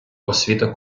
освіта